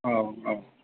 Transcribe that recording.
औ औ